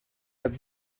have